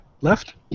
left